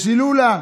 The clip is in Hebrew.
יש הילולה,